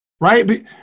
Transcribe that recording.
Right